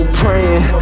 praying